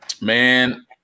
Man